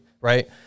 right